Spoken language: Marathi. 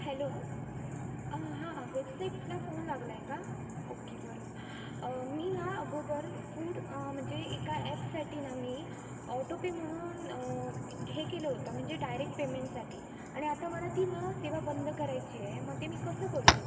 हॅलो हां हां वेबसाईटला फोन लागला आहे का ओके बरं मी ना अगोदर फूड म्हणजे एका ॲप्ससाठी ना मी ऑटोपे म्हणून हे केलं होतं म्हणजे डायरेक्ट पेमेंटसाठी आणि आता मला ती ना सेवा बंद करायची आहे मग ते मी कसं करू